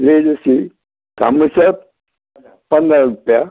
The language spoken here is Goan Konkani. रेट अशी तामुश्याक पंदरा रुपया